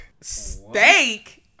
Steak